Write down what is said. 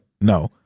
No